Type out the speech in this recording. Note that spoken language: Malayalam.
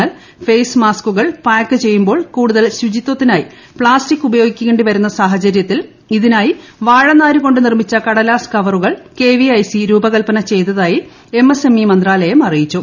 എന്നാൽ ഫെയ്സ് മാസ്കുകൾ പായ്ക്ക് ചെയ്യുമ്പോൾ കൂടുതൽ ശുചിത്വത്തിനായി പ്ലാസ്റ്റിക് ഉപയോഗിക്കേണ്ടി വരുന്ന സാഹചര്യത്തിൽ ഇതിനായി വാഴനാര് കൊണ്ട് നിർമ്മിച്ച കടലാസ് കവറുകൾ കെവിഐസി രൂപകൽപ്പന ചെയ്തതായി എം എസ്എംഇ മന്ത്രാലയം അറിയിച്ചു